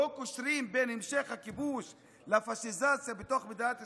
לא קושרים בין המשך הכיבוש לפשיזציה בתוך מדינת ישראל?